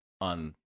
on